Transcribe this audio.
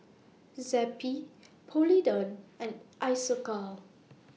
Zappy Polident and Isocal